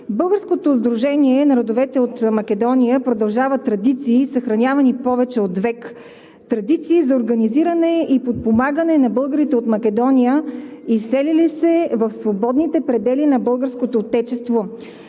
Българското сдружение на родовете от Македония продължава традиции, съхранявани повече от век – традиции за организиране и подпомагане на българите от Македония, изселили се в свободните предели на българското Отечество.